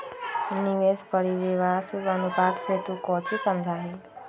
निवेश परिव्यास अनुपात से तू कौची समझा हीं?